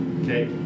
Okay